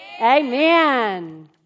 Amen